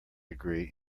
degree